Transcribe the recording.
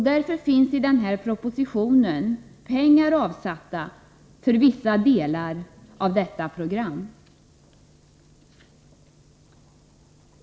Därför finns i den här propositionen pengar avsatta för vissa delar av detta program.